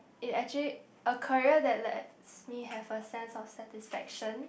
it actually a career that lets me have a sense of satisfaction